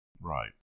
Right